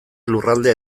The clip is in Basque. lurraldea